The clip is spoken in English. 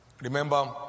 Remember